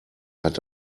hat